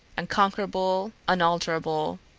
unconquerable, unalterable.